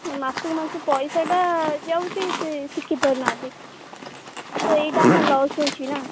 ମାସକୁ ମାସ ପଇସାଟା ଯାଉଛି ସେ ଶିଖି ପାରୁନାହାନ୍ତି ତ ଏଇଟା ଆମ ଲସ୍ ହେଉଛି ନା